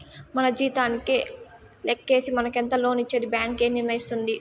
మన జీతానికే లెక్కేసి మనకెంత లోన్ ఇచ్చేది బ్యాంక్ ఏ నిర్ణయిస్తుంది